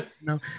No